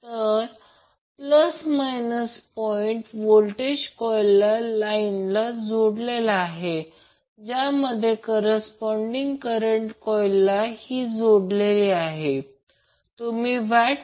तर ते काय करेल ते व्होल्टेज VAN मग्निट्यूड घेईल नंतर करंट Ia घेईल त्यानंतर या दरम्यानचा अँगल जो cosine VAN Ia आहे